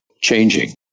changing